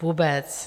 Vůbec.